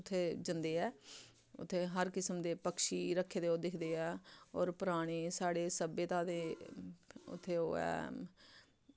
उत्थै जंदे ऐ उत्थै हर किस्म दे पक्षी रक्खे दे ओह् दिखदे ऐ होर पराने साढ़े सभ्यता दे उत्थै ओह् ऐ